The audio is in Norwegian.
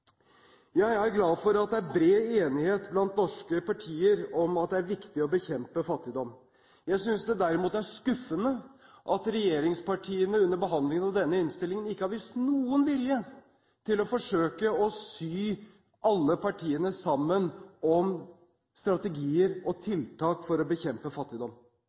Jeg er glad for at det er bred enighet blant norske partier om at det er viktig å bekjempe fattigdom. Jeg synes det er skuffende at regjeringspartiene under behandlingen av denne innstillingen ikke har vist noen vilje til å forsøke å sy alle partiene sammen om strategier og tiltak for å bekjempe fattigdom.